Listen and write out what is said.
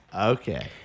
Okay